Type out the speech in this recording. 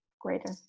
greater